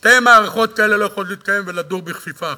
שתי מערכות כאלה לא יכולות להתקיים ולדור בכפיפה אחת.